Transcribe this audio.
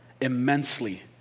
immensely